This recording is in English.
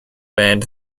band